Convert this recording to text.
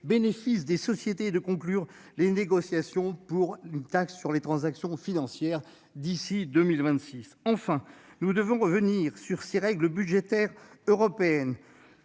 bénéfices des sociétés et de conclure les négociations afin d'instaurer une taxe sur les transactions financières d'ici à 2026. Enfin, nous devons revenir sur ces règles budgétaires européennes-